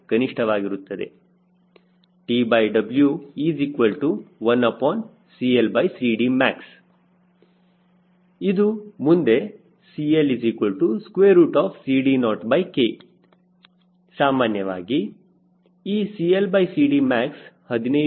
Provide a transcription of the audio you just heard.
TW1CLCDmax ಇದು ಮುಂದೆ CLCD0K ಸಾಮಾನ್ಯವಾಗಿ ಈ CLCDmax 15 ಆಗಿರಬಹುದು ಈ ಒಂದು ಸಂಖ್ಯೆಯನ್ನು ಬರೆದಿದ್ದೇನೆ